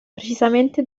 precisamente